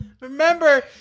remember